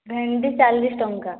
ଭେଣ୍ଡି ଚାଳିଶ ଟଙ୍କା